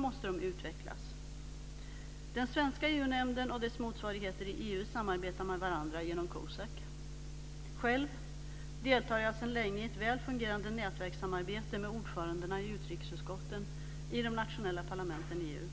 måste de utvecklas. Den svenska EU-nämnden och dess motsvarigheter i EU samarbetar med varandra genom COSAC. Själv deltar jag sedan länge i ett väl fungerande nätverkssamarbete med ordförandena i utrikesutskotten i de nationella parlamenten i EU.